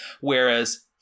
whereas